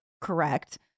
correct